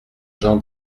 jean